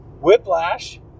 Whiplash